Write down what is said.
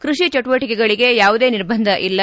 ಕೈಷಿ ಚಟುವಟಿಕೆಗಳಿಗೆ ಯಾವುದೇ ನಿರ್ಬಂಧ ಇಲ್ಲ